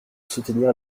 soutenir